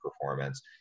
performance